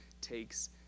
takes